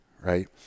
right